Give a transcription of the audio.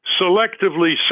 selectively